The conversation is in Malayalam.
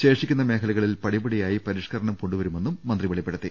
ശേഷിക്കുന്ന മേഖലകളിൽ പടിപടിയായി പരിഷ്ക രണം കൊണ്ടുവരുമെന്നും മന്ത്രി വെളിപ്പെടുത്തി